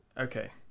Okay